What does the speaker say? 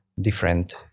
different